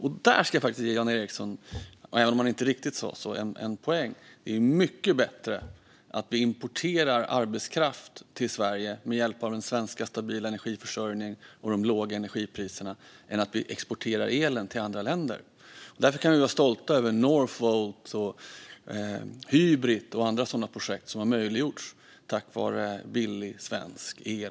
Här ska jag faktiskt ge Jan Ericson en poäng, även om han inte riktigt sa så. Det är mycket bättre att vi importerar arbetskraft till Sverige med hjälp av den stabila svenska energiförsörjningen och de låga energipriserna än att vi exporterar elen till andra länder. Därför kan vi vara stolta över Northvolt, Hybrit och andra sådana projekt, som har möjliggjorts tack vare billig svensk el.